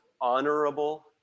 honorable